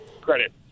Credit